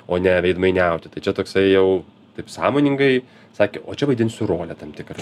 o ne veidmainiauti tai čia toksai jau taip sąmoningai sakė o čia vaidinsiu rolę tam tikrą